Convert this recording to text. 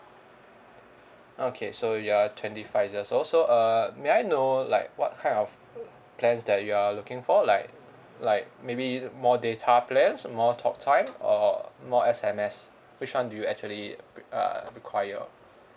okay so you are twenty five years old so err may I know like what kind of plans that you are looking for like like maybe more data plans more talk time or more S_M_S which one do you actually uh require